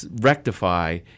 rectify